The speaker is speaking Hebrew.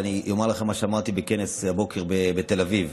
ואני אומר לכם מה שאמרתי הבוקר בכנס בתל אביב: